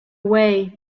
way